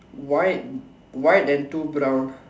white white and two brown